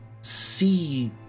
see